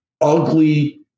ugly